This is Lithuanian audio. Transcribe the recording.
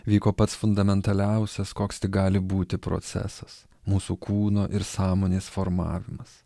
vyko pats fundamentaliausias koks tik gali būti procesas mūsų kūno ir sąmonės formavimas